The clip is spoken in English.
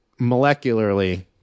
molecularly